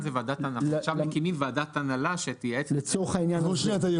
עכשיו מקימים ועדת הנהלה שתייעץ למנהל המיוחד.